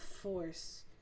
force